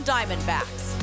Diamondbacks